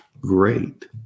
great